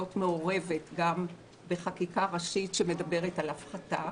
מעורבת גם בחקיקה ראשית שמדברת על הפחתה.